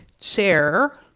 chair